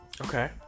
Okay